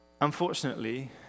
Unfortunately